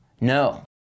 no